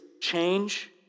change